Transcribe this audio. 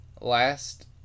last